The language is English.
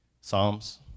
Psalms